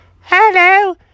hello